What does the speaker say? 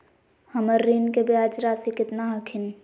हमर ऋण के ब्याज रासी केतना हखिन?